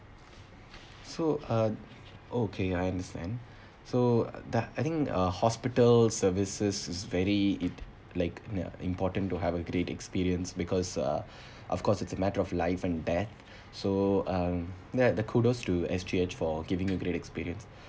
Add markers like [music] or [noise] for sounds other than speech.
so uh okay I understand so uh that I think uh hospital services is very it like you know important to have a great experience because uh [breath] of course it's a matter of life and death so um let the kudos to S_G_H for giving a great experience